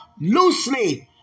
loosely